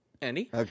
Andy